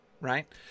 right